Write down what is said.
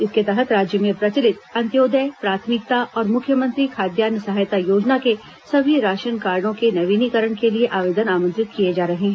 इसके तहत राज्य में प्रचलित अंत्योदय प्राथमिकता और मुख्यमंत्री खाद्यान्न सहायता योजना के सभी राशन कार्डो के नवीनीकरण के लिए आवेदन आमंत्रित किए जा रहे हैं